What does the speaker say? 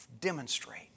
demonstrate